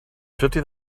fifty